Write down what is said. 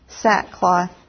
sackcloth